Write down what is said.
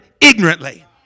ignorantly